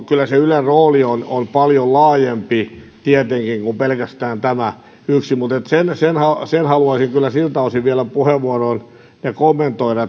kyllä se ylen rooli on tietenkin paljon laajempi kuin pelkästään tämä yksi mutta siltä osin haluaisin kyllä vielä puheenvuoroa kommentoida